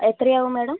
എത്ര ആവും മേഡം